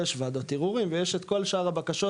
יש וועדות ערעורים ויש את כל שאר הבקשות